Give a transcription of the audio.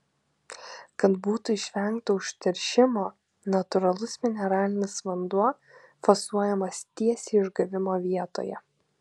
kad būtų išvengta užteršimo natūralus mineralinis vanduo fasuojamas tiesiai išgavimo vietoje